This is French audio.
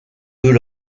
deux